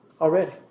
Already